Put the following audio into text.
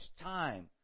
time